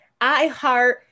iHeart